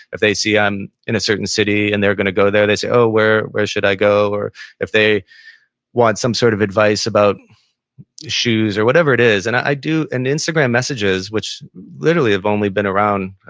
if they see i'm in a certain city and they're going to go there, they say, oh, where, where should i go? or if they want some sort of advice about shoes or whatever it is, and i do an instagram messages which literally, have only been around,